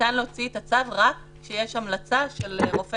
ניתן להוציא את הצו רק כשיש המלצה של רופא